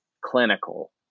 clinical